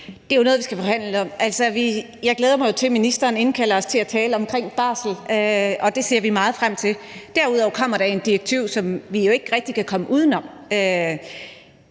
Det er jo noget, vi skal forhandle lidt om. Altså, jeg glæder mig jo til, at ministeren indkalder os til at tale omkring barsel, og det ser vi meget frem til. Derudover kommer der et direktiv, som vi jo ikke rigtig kan komme uden om.